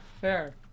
Fair